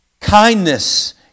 Kindness